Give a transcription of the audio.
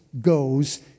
goes